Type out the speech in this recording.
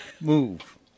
move